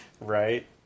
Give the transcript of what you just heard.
Right